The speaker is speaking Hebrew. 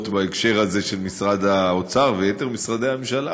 בהקשר הזה של משרד האוצר ויתר משרדי הממשלה,